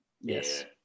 Yes